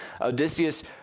Odysseus